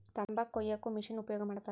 ತಂಬಾಕ ಕೊಯ್ಯಾಕು ಮಿಶೆನ್ ಉಪಯೋಗ ಮಾಡತಾರ